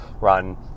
run